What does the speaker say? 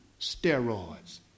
steroids